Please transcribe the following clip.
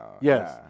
Yes